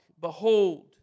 behold